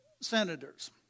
senators